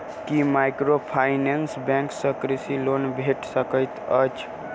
की microfinance bank सँ कृषि loan भेटि सकैत अछि?